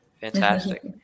Fantastic